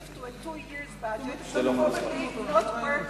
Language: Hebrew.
to a two-year budget will probably not work well.